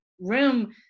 room